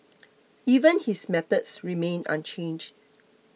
even his methods remain unchanged